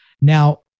Now